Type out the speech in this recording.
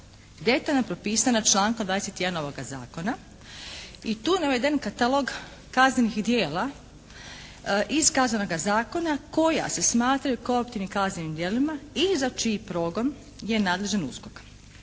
detaljno propisana člankom 21. ovoga zakona i tu je naveden katalog kaznenih djela iz Kaznenoga zakona koja se smatraju koruptivnim kaznenim djelima i za čiji progon je nadležan USKOK.